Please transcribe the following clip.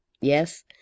yes